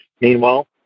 Meanwhile